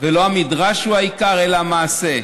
ולא המדרש הוא העיקר, אלא המעשה.